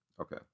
Okay